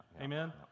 Amen